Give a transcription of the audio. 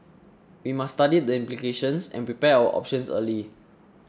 we must study the implications and prepare our options early